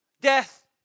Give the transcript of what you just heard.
death